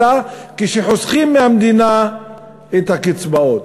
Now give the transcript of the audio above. אלא כשחוסכים למדינה את הקצבאות.